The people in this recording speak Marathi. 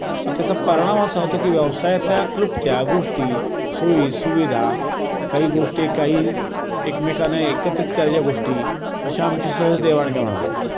मग त्याचा परिणाम असा होतो की व्यवसायातल्या क्लृप्त्या गोष्टी सोयी सुविधा काही गोष्टी काही एकमेकांना एकत्रित करायच्या गोष्टी अशा आमची सहज देवाणघेवाण होते